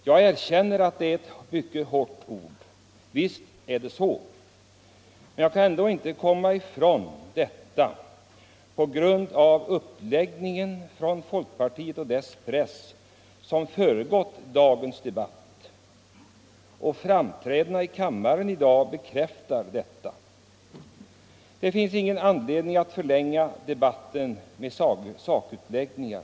Jag erkänner att det är ett mycket hårt ord, men jag kan ändå inte komma ifrån att detta motsvarar den uppläggning från folkpartiet och dess press som föregått dagens debatt, och framträdandena i kammaren i dag bekräftar detta. Nr 142 Det finns ingen an(edning att förlänga debatten med sakutläggningar.